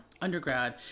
undergrad